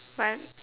one